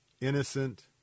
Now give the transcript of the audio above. innocent